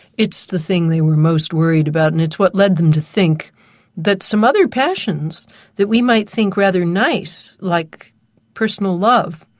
it's the thing they were most worried about, and it's what led them to think that some other passions that we might think rather nice, like personal love,